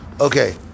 Okay